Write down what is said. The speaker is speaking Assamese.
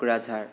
কোকৰাঝাৰ